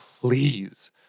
please